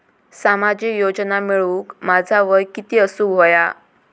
सामाजिक योजना मिळवूक माझा वय किती असूक व्हया?